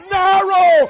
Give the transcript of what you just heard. narrow